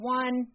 one